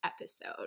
episode